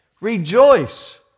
Rejoice